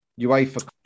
UEFA